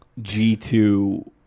G2